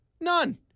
None